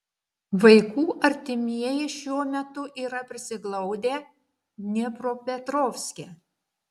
vaikų artimieji šiuo metu yra prisiglaudę dniepropetrovske